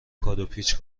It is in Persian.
کادوپیچ